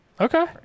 Okay